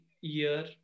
year